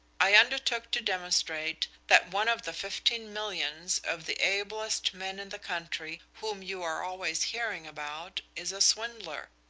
i undertook to demonstrate that one of the fifteen millions of the ablest men in the country whom you are always hearing about, is a swindler.